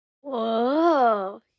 Whoa